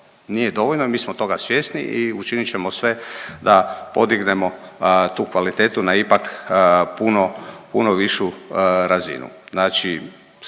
Nije dovoljno, mi smo toga svjesni i učinit ćemo sve da podignemo tu kvalitetu na ipak puno, puno višu razinu.